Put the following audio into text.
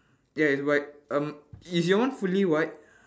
ya it's white um is your one fully white